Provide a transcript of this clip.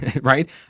right